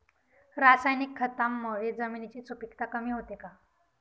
रासायनिक खतांमुळे जमिनीची सुपिकता कमी होते का?